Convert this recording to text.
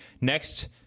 Next